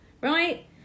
right